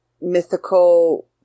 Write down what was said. mythical